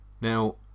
Now